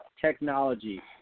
technology